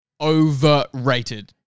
Overrated